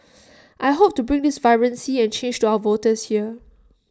I hope to bring this vibrancy and change to our voters here